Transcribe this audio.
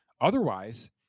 Otherwise